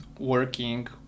working